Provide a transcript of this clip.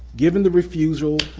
given the refusal